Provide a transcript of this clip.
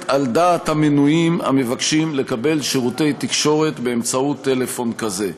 על דעת המנויים המבקשים לקבל שירותי תקשורת באמצעות טלפון כזה.